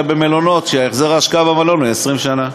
במלונות כשהחזר ההשקעה במלון הוא 20 שנה.